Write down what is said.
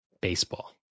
baseball